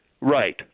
Right